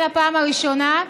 על הפעם הראשונה.